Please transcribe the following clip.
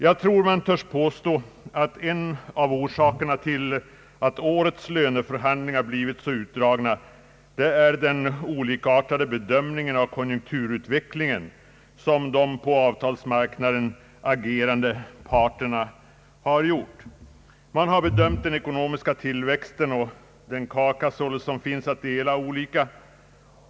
Jag tror att man törs påstå att en av orsakerna till att årets löneförhandlingar blivit så utdragna är den olikartade bedömning av konjunkturutvecklingen som de på avtalsmarknaden agerande parterna har gjort. De har bedömt den ekonomiska tillväxten och den kaka som således finns att dela olika.